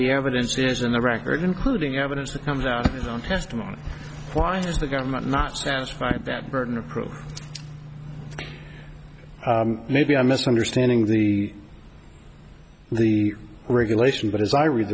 the evidence is in the record including evidence that comes out on testimony why has the government not satisfied that burden of proof maybe i'm misunderstanding the the regulation but as i read